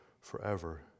forever